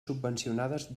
subvencionades